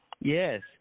Yes